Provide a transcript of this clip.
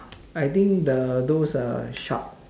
I think the those uh shark